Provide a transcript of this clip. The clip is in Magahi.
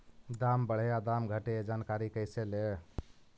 दाम बढ़े या दाम घटे ए जानकारी कैसे ले?